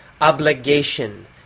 obligation